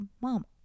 mom